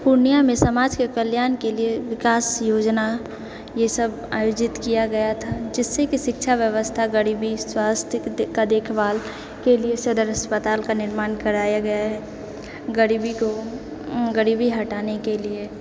पूर्णियामे समाजके कल्याणके लिए विकास योजना ई सब आयोजित किया गया था जिससे कि शिक्षा व्यवस्था गरीबी स्वास्थ का देखभालके लिए सदर अस्पताल का निर्माण कराया गया है गरीबी को गरीबी हटाने के लिए